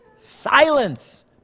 Silence